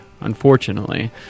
unfortunately